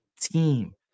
team